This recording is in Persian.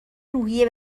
روحیه